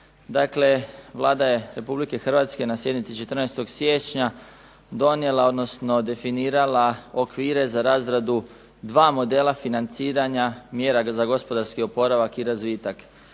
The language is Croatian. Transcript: Dakle, Vlada Republike Hrvatske na sjednici 14. siječnja donijela odnosno definirala okvire za razradu dva modela financiranja mjera za gospodarski oporavak i razvitak.